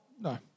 No